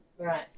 Right